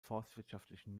forstwirtschaftlichen